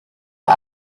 der